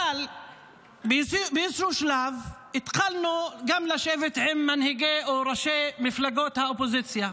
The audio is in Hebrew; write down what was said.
אבל באיזשהו שלב התחלנו גם לשבת עם מנהיגי או ראשי מפלגות האופוזיציה.